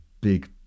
big